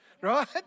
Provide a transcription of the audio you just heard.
Right